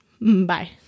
Bye